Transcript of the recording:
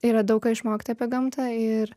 yra daug ką išmokti apie gamtą ir